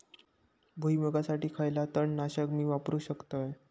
भुईमुगासाठी खयला तण नाशक मी वापरू शकतय?